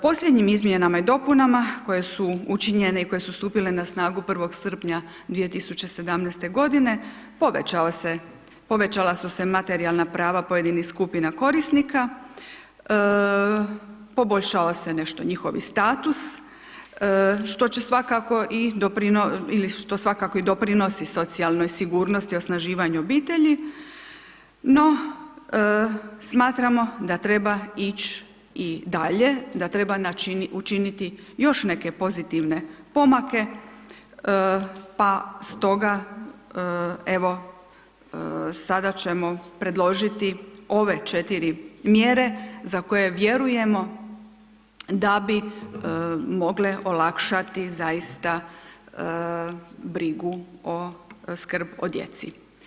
Posljednjim izmjenama i dopunama koje su učinjene i koje su stupile na snagu 1. srpnja 2017. godine povećao se, povećala su se materijalnih prava pojedinih skupina korisnika, poboljšao se nešto njihov i status što će svakako i doprinijeti, ili što svako i doprinosi socijalnoj sigurnosti, osnaživanju obitelji, no smatramo da treba ići i dalje, da treba učiniti još neke pozitivne pomake, pa stoga evo sada ćemo predložiti ove 4 mjere za koje vjerujemo da bi mogle olakšati zaista brigu o, skrb o djeci.